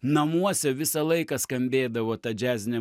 namuose visą laiką skambėdavo ta džiazinė